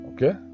Okay